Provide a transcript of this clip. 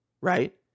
right